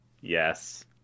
Yes